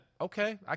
okay